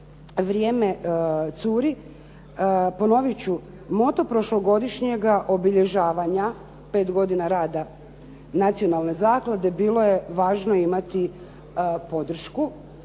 vrijeme curi ponovit ću. Moto prošlogodišnjega obilježavanja pet godina rada Nacionalne zaklade bilo je važno imati podršku.